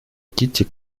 кити